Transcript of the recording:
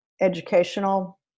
educational